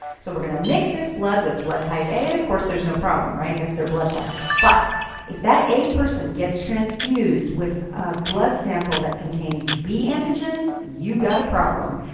so we're going to mix this blood with blood type a and of course there's no problem, that's their blood type. but if that a person gets transfused with a blood sample that contains b antigens, you've got a problem.